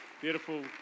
Beautiful